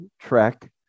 Trek